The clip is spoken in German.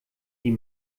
die